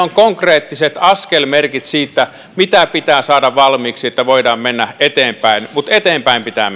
on konkreettiset askelmerkit siitä mitä pitää saada valmiiksi että voidaan mennä eteenpäin mutta eteenpäin pitää